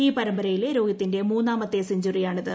ഈ പരമ്പരയിലെ രോഹിത്തിന്റെ മൂന്നാമത്തെ സെഞ്ചറിയാണിത്